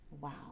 Wow